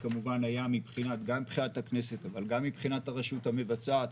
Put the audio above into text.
גם מבחינת הכנסת אבל גם מבחינת הרשות המבצעת,